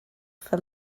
for